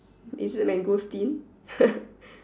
is it mangosteen